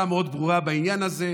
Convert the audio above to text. הייתה לו עמדה מאוד ברורה בעניין הזה.